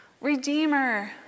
redeemer